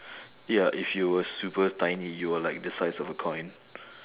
ya if you were super tiny you are like the size of a coin